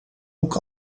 ook